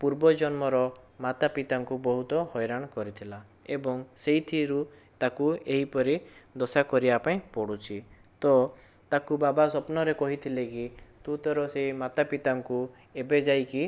ପୂର୍ବଜନ୍ମର ମାତାପିତାଙ୍କୁ ବହୁତ ହଇରାଣ କରିଥିଲା ଏବଂ ସେଇଥିରୁ ତାକୁ ଏହିପରି ଦଶା କରିବାପାଇଁ ପଡୁଛି ତ ତାକୁ ବାବା ସ୍ୱପ୍ନରେ କହିଥିଲେକି ତୁ ତୋର ସେଇ ମାତାପିତାଙ୍କୁ ଏବେ ଯାଇକି